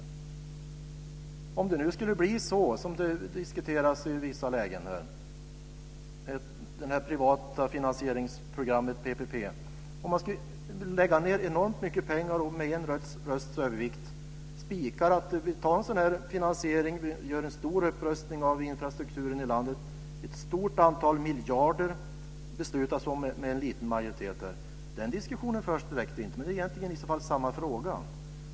Tänk om det skulle bli så som diskuteras i vissa lägen - det privata finansieringsprogrammet PPP - och man lägger ned enormt mycket pengar och med en rösts övervikt spikar en finansiering och gör en stor upprustning av infrastrukturen i landet. Det beslutas om ett stort antal miljarder med en liten majoritet. Den diskussionen förs inte, men det är egentligen samma fråga.